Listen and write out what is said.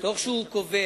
תוך שהוא קובע